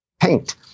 paint